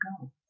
go